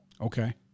Okay